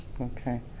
okay